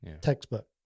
textbook